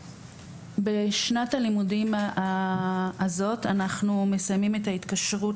בשנת הלימודים הזאת אנחנו מסיימים את ההתקשרות